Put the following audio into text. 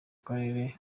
karere